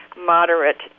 moderate